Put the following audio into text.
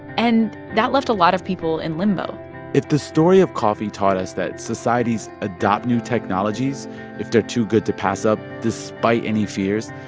and that left a lot of people in limbo if the story of coffee taught us that societies adopt new technologies if they're too good to pass up despite any fears,